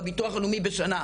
בביטוח הלאומי בשנה,